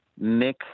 Nick